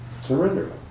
surrender